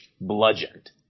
bludgeoned